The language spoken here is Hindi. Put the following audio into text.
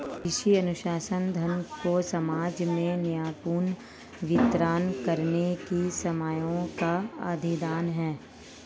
कृषि अर्थशास्त्र, धन को समाज में न्यायपूर्ण वितरण करने की समस्याओं का अध्ययन है